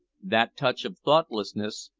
that touch of thoughtlessness,